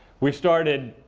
we've started